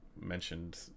mentioned